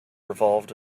revolved